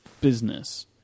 business